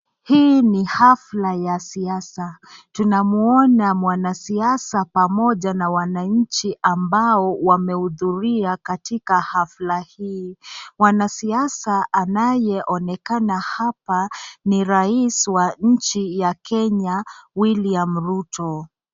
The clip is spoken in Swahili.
Hii ni hafla ya siasa tunamwona mwanasiasa pamoja na wananchi ambao wamehudhuria katika hafla hii. Mwanasiasa anayeonekana hapa ni rais wa nchi ya Kenya William Ruto.